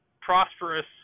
prosperous